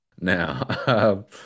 now